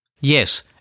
Yes